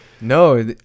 No